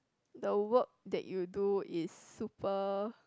the work that you do is super